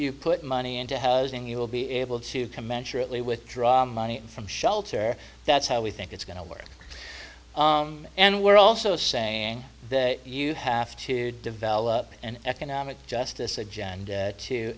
you put money into housing you will be able to commensurately withdraw money from shelter that's how we think it's going to work and we're also saying that you have to develop an economic justice agenda too